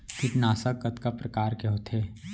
कीटनाशक कतका प्रकार के होथे?